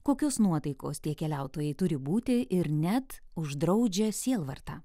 kokios nuotaikos tie keliautojai turi būti ir net uždraudžia sielvartą